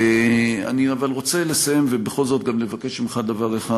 אני אבל רוצה לסיים ובכל זאת גם לבקש ממך דבר אחד.